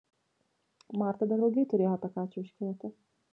marta dar ilgai turėjo apie ką čiauškėti